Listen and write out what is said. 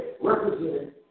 represented